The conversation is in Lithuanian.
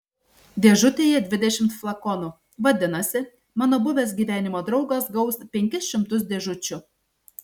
dėžutėje dvidešimt flakonų vadinasi mano buvęs gyvenimo draugas gaus penkis šimtus dėžučių